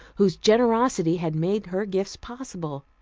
whose generosity had made her gifts possible!